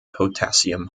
potassium